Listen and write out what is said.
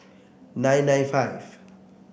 nine nine five